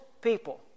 people